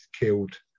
killed –